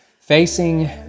facing